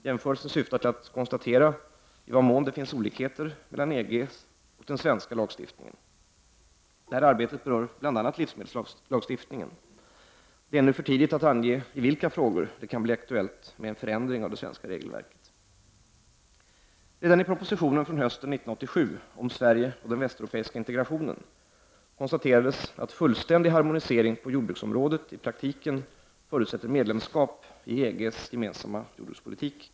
Jämförelsen syftar till att konstatera i vad mån det finns olikheter mellan EG:s och den svenska lagstiftningen. Detta arbete berör bl.a. livsmedelslagstiftningen. Det är ännu för tidigt att ange i vilka frågor det kan bli aktuellt med en förändring av det svenska regelverket. Redan i propositionen från hösten 1987 om Sverige och den västeuropeiska integrationen, konstaterades att fullständig harmonisering på jordbruksområdet i praktiken förutsätter medlemskap i EG:s gemensamma jordbrukspolitik .